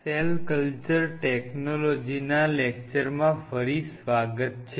cell culture ટેકનોલોજીના લેક્ચરમાં ફરી સ્વાગત છે